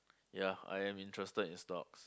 ya I am interested in stocks